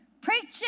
preaching